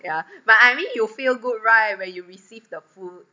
yeah but I mean you feel good right when you receive the food